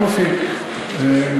רק רופאים, בדיוק, רק רופאים.